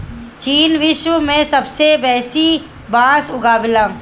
चीन विश्व में सबसे बेसी बांस उगावेला